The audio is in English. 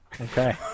Okay